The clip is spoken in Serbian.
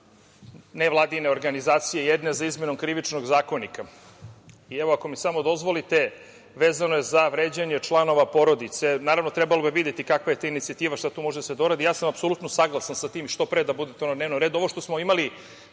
nevladine organizacije za izmenu Krivičnog zakonika. Ako mi dozvolite, vezano je za vređanje članova porodice. Naravno, trebalo bi videti kakva je to inicijativa, šta tu može da se doradi. Ja sam apsolutno saglasan sa tim što pre da bude to na dnevnom redu. Ovo što smo imali